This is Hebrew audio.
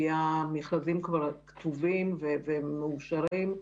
כי המכרזים כבר כתובים ומאושרים.